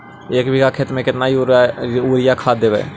एक बिघा खेत में केतना युरिया खाद देवै?